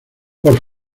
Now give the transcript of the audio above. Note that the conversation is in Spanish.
por